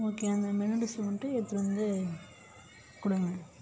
okay அந்த menu லிஸ்ட்டை மட்டும் எடுத்துகிட்டு வந்து கொடுங்க